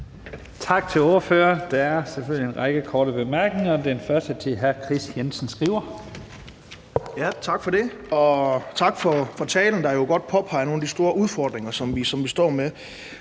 Tak til ordføreren. Der er selvfølgelig en række korte bemærkninger. Den første er til hr. Kris Jensen Skriver. Kl. 17:24 Kris Jensen Skriver (S): Tak for det, og tak for talen, der jo godt påpeger nogle af de store udfordringer, som vi står med.